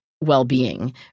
well-being